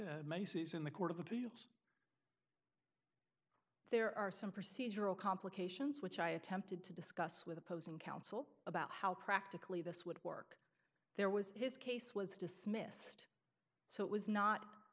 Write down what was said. bases macy's in the court of appeals there are some procedural complications which i attempted to discuss with opposing counsel about how practically this would work there was his case was dismissed so it was not